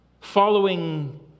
following